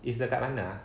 it's dekat mana